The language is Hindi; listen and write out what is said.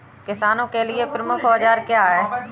किसानों के लिए प्रमुख औजार क्या हैं?